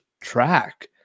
track